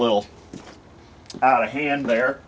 little out of hand there